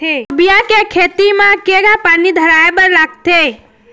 लोबिया के खेती म केघा पानी धराएबर लागथे?